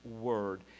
word